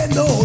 no